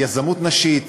על יזמות נשית,